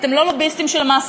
אתם לא לוביסטים של המעסיקים,